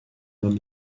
them